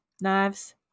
knives